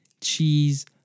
cheese